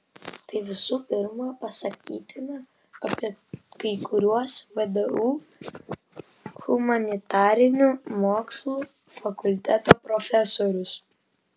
tai visų pirma pasakytina apie kai kuriuos vdu humanitarinių mokslų fakulteto profesorius